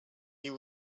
you